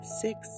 six